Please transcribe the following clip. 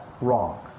wrong